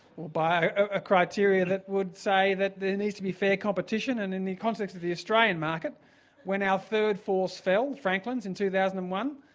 well by a criteria that would say that there needs to be fair competition and in the context of the australian market when our third force fell, franklins in two thousand and one,